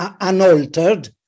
unaltered